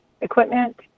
equipment